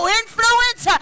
influence